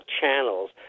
channels